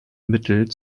mittel